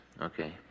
Okay